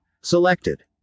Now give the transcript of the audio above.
selected